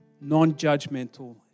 non-judgmental